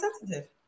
sensitive